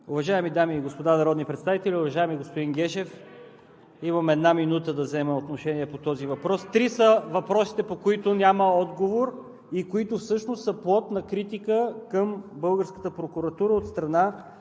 Уважаеми дами и господа народни представители! Уважаеми господин Гешев, имам една минута да взема отношение по този въпрос. Три са въпросите, по които няма отговор и които всъщност са плод на критика към българската прокуратура от страна